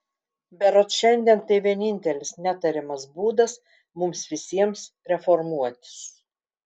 berods šiandien tai vienintelis netariamas būdas mums visiems reformuotis